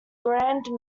grand